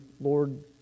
Lord